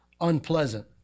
unpleasant